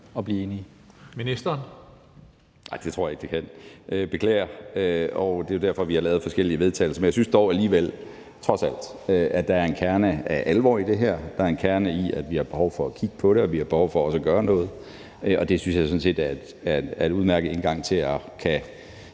(Morten Bødskov): Det tror jeg ikke det kan, beklager, og det er derfor, vi har lavet forskellige vedtagelsestekster. Men jeg synes dog alligevel, trods alt, at der er en kerne af alvor i det her. Der er en kerne i, at vi har behov for at kigge på det, og at vi har behov for også at gøre noget. Og det synes jeg sådan set er en udmærket indgang til, at vi